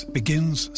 begins